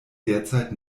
derzeit